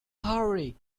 hurry